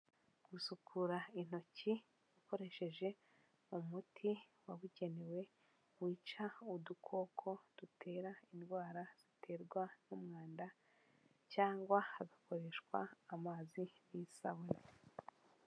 Gusukura intoki, ukoresheje umuti wabugenewe, wica udukoko dutera indwara, ziterwa n'umwanda, cyangwa hagakoreshwa, amazi n'isabune.